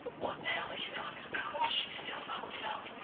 what the hell are you talking about? she's still ugly though,